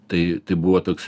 tai tai buvo toks